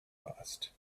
passed